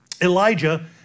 Elijah